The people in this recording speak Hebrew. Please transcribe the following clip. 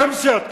אתם סיעת קדימה.